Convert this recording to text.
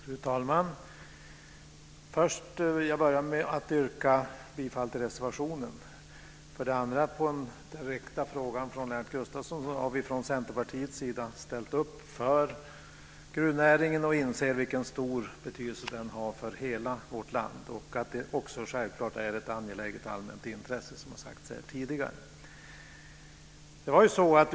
Fru talman! Jag vill börja med att yrka bifall till reservationen. Som svar på den direkta frågan från Lennart Gustavsson vill jag säga att vi i Centerpartiet ställt upp för gruvnäringen, och vi inser vilken stor betydelse den har för hela vårt land. Den är självklart ett angeläget allmänintresse, vilket ju har sagts här tidigare.